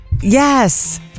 Yes